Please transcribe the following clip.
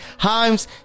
Himes